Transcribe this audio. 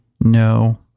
no